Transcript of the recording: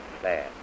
plan